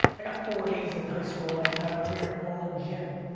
i got four a's in high school my entire career, all in gym.